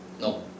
No